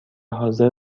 حاضر